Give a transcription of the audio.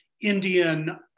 Indian